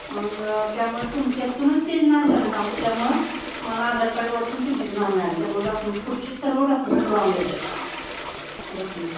मग त्यामुळे तुमच्या इथूनच चेंज नाही झालं ना हो त्यामुळं मला आधार कार्डवर पण चुकीचं नाव मिळालं त्यामुळे डॉक्युमेंट पुढचे सर्व डॉक्युमेंट राँग येत आहेत ओके